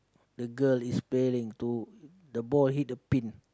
the girl is bearing two the ball hit the pin